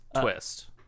twist